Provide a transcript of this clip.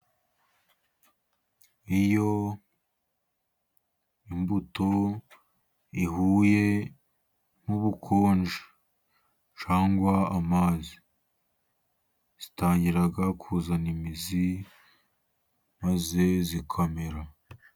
Iyo imbuto ihuye n'ubukonje cyangwa amazi, zitangira kuzana imizi maze zikamera.